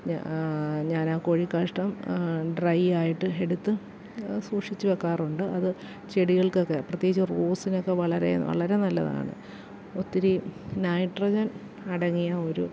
ഞ ഞാനാ കോഴിക്കാഷ്ഠം ഡ്രൈ ആയിട്ട് എടുത്ത് സൂക്ഷിച്ചു വെക്കാറുണ്ട് അത് ചെടികൾക്കൊക്കെ പ്രത്യേകിച്ച് റോസിനൊക്കെ വളരെ വളരെ നല്ലതാണ് ഒത്തിരി നൈട്രജൻ അടങ്ങിയ ഒരു